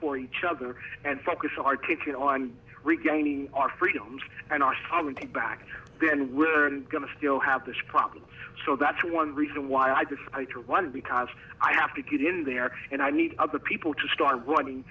for each other and focus our ticket on regaining our freedoms and our sovereignty back then we're going to still have this problem so that's one reason why i decided to run because i have to get in there and i need other people to start running